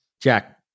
Jack